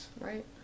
Right